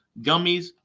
gummies